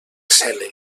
cel